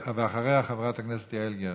אחריה, חברת הכנסת יעל גרמן,